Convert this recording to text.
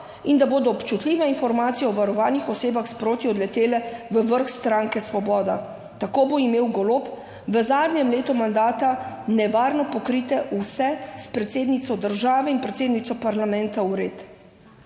in da bodo občutljive informacije o varovanih osebah sproti odletele v vrh stranke Svoboda. Tako bo imel Golob v zadnjem letu mandata nevarno pokrite vse s predsednico države in predsednico parlamenta vred.